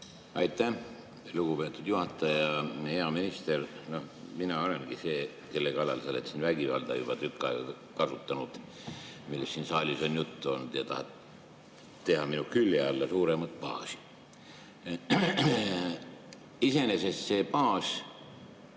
Aitäh, lugupeetud juhataja! Hea minister! Mina olengi see, kelle kallal sa oled siin vägivalda juba tükk aega kasutanud, millest siin saalis on juttu olnud, ja tahad teha minu külje alla suuremat baasi. Iseenesest see baas,